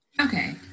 Okay